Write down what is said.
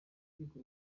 urukiko